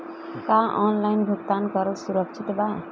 का ऑनलाइन भुगतान करल सुरक्षित बा?